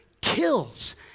kills